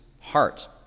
heart